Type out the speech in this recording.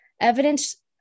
Evidence